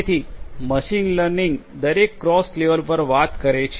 તેથી machine learning દરેક cross level પર વાત કરે છે